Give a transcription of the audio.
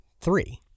three